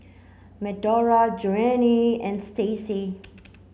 Medora Joanie and Stacie